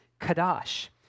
kadash